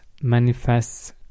manifests